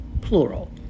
Plural